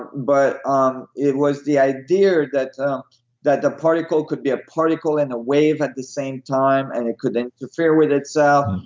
but um it was the idear that that the particle could be a particle in a way at the same time and it could interfere with itself,